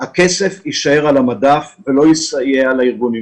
הכסף יישאר על המדף ולא יסייע לארגונים,